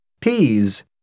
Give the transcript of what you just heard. peas